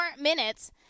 minutes